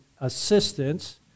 assistance